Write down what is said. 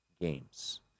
games